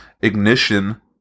ignition